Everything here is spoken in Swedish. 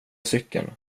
cykeln